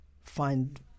find